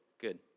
good